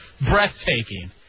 breathtaking